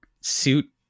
Suit